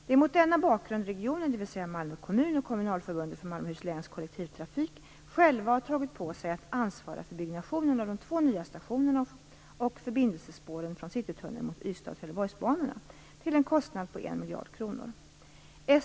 Det är mot denna bakgrund regionen, dvs. Malmö kommun och Kommunalförbundet för Malmöhus läns kollektivtrafik, själv har tagit på sig att ansvara för byggnationen av de två nya stationerna och förbindelsespåren från Citytunneln mot Ystads och Trelleborgsbanorna, till en kostnad på 1 miljard kronor.